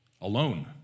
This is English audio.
alone